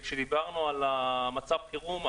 כשדיברנו על מצב החירום,